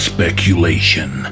Speculation